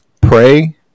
pray